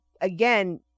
again